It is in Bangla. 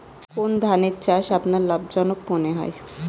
কোন ধানের চাষ আপনার লাভজনক মনে হয়?